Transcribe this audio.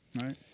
right